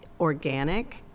organic